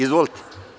Izvolite.